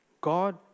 God